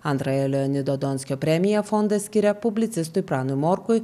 antrąją leonido donskio premiją fondas skiria publicistui pranui morkui